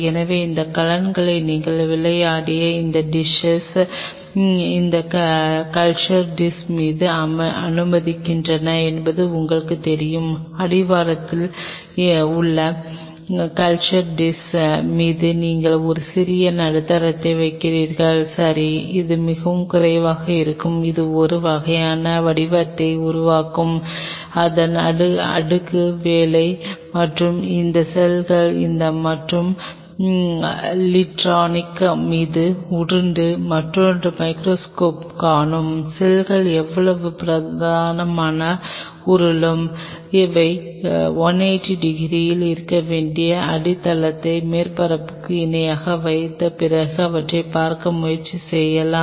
எனவே இந்த கலங்களை நீங்கள் விளையாடிய இந்த டிஸ்ஸை இந்த கல்ச்சர் டிஷ் மீது அனுமதிக்கிறீர்கள் என்பது உங்களுக்குத் தெரியும் அடிவாரத்தில் உள்ள கல்ச்சர் டிஷ் மீது நீங்கள் ஒரு சிறிய நடுத்தரத்தை வைத்திருக்கிறீர்கள் சரி இது மிகக் குறைவாக இருக்கும் இது ஒரு வகையான வடிவத்தை உருவாக்கும் அதன் அடுக்கு வேலை மற்றும் இந்த செல்கள் இந்த மற்றும் லிட்ரோனிக் மீது உருண்டு மற்றொரு மைகிரோஸ்கோப் காணும் செல்கள் எவ்வளவு பிரமாதமாக உருளும் அவை 180 டிகிரியில் இருக்க வேண்டிய அடித்தளத்தை மேற்பரப்புக்கு இணையாக வைத்த பிறகு அவற்றைப் பார்க்க முயற்சி செய்யலாம்